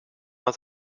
het